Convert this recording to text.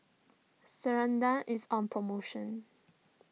Ceradan is on promotion